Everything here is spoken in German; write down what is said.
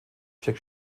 jack